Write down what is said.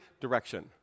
Direction